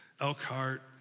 Elkhart